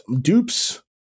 dupes